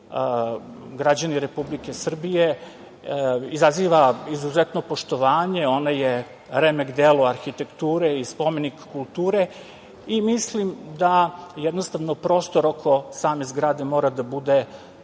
građani Republike Srbije, izaziva izuzetno poštovanje. Ona je remek delo arhitekture i spomenik kulture. Mislim da prostor oko same zgrade mora da bude oplemenjen